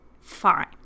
Fine